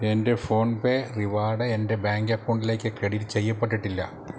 എൻ്റെ PhonePe reward എൻ്റെ bank അക്കൗണ്ടിലേക്ക് ക്രെഡിറ്റ് ചെയ്യപ്പെട്ടിട്ടില്ല